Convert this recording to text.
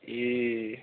ए